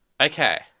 Okay